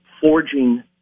forging